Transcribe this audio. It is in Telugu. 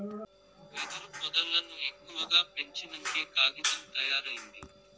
వెదురు పొదల్లను ఎక్కువగా పెంచినంకే కాగితం తయారైంది